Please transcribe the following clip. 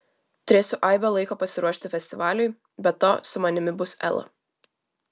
turėsiu aibę laiko pasiruošti festivaliui be to su manimi bus ela